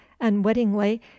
unwittingly